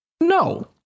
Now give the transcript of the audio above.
No